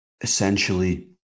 essentially